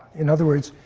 in other words,